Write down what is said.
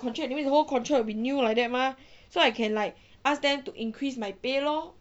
the contract that means the whole contract will be new like that mah so I can like ask them to increase my pay lor